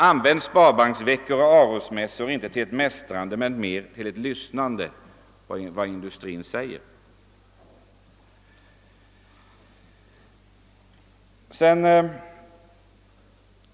Använd sparbanksveckor och Arosmässor inte till att mästra utan till att lyssna på vad industrin har att säga!